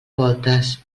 voltes